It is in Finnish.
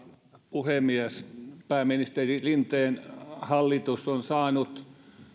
puhemies pääministeri rinteen hallitus on saanut